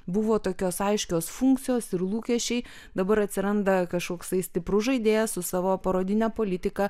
buvo tokios aiškios funkcijos ir lūkesčiai dabar atsiranda kažkoksai stiprus žaidėjas su savo parodine politika